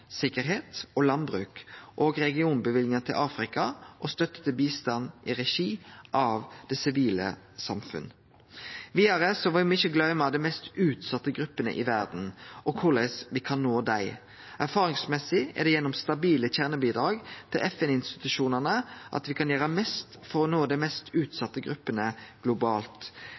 mattryggleik og landbruk, regionløyvinga til Afrika og støtta til bistand i regi av det sivile samfunnet. Vidare må me ikkje gløyme dei mest utsette gruppene i verda og korleis me kan nå dei. Erfaringsmessig er det gjennom stabile kjernebidrag til FN-institusjonane me kan gjere mest for å nå dei mest utsette gruppene globalt.